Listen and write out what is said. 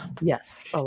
Yes